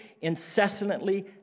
incessantly